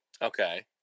Okay